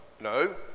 No